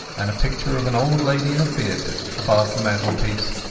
and a picture of an old lady in a bib above the mantelpiece,